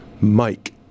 Mike